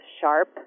sharp